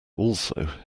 also